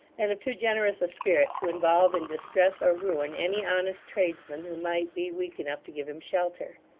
and of too generous a spirit to involve in distress or ruin any honest tradesman who might be weak enough to give him shelter.